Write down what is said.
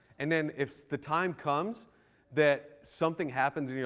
and then if the time comes that something happens, and you're